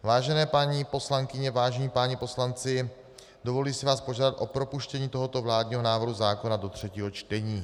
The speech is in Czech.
Vážené paní poslankyně, vážení páni poslanci, dovoluji si vás požádat o propuštění tohoto vládního návrhu zákona do třetího čtení.